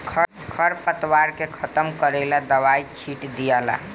खर पतवार के खत्म करेला दवाई छिट दियाला